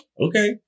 Okay